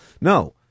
No